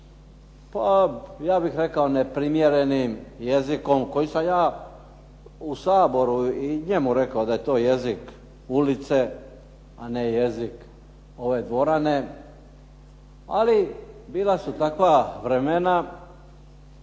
pa ja bih rekao neprimjerenim jezikom koji sam ja u Saboru i njemu rekao da je to jezik ulice, a ne jezik ove dvorane. Ali bila su takva vremena